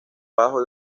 bajo